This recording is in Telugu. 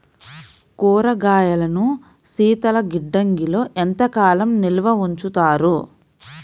కూరగాయలను శీతలగిడ్డంగిలో ఎంత కాలం నిల్వ ఉంచుతారు?